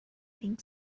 think